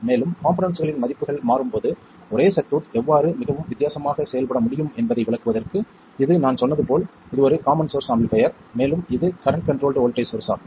மேலும் காம்போனென்ட்ஸ்களின் மதிப்புகள் மாறும்போது ஒரே சர்க்யூட் எவ்வாறு மிகவும் வித்தியாசமாக செயல்பட முடியும் என்பதை விளக்குவதற்கு இது நான் சொன்னது போல் இது ஒரு காமன் சோர்ஸ் ஆம்பிளிஃபைர் மேலும் இது கரண்ட் கண்ட்ரோல்ட் வோல்ட்டேஜ் சோர்ஸ் ஆகும்